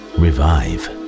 revive